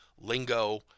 lingo